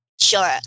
Sure